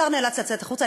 השר נאלץ לצאת החוצה,